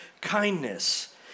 kindness